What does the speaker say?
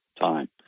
time